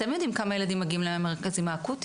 אתם יודעים כמה ילדים מגיעים למרכזים האקוטיים.